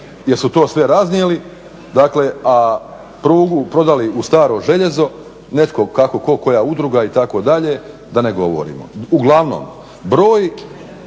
jer su to sve raznijeli a prugu prodali u staro željezo, netko, kako tko, koja udruga itd. da ne govorimo. Uglavnom, broj